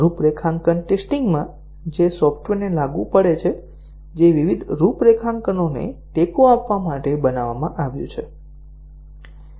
રૂપરેખાંકન ટેસ્ટીંગ માં જે સોફ્ટવેરને લાગુ પડે છે જે વિવિધ રૂપરેખાંકનોને ટેકો આપવા માટે બનાવવામાં આવ્યું છે